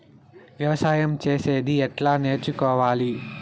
వ్యవసాయం చేసేది ఎట్లా నేర్చుకోవాలి?